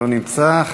לא נמצא,